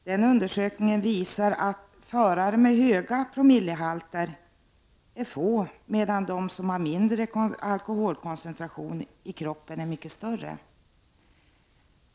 Un dersökningen visar att förare med höga promillehalter är få, medan förare med mindre alkoholkoncentration i kroppen är många fler.